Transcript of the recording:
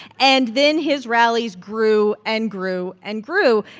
and then his rallies grew and grew and grew.